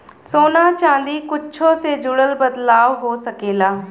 सोना चादी कुच्छो से जुड़ल बदलाव हो सकेला